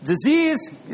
Disease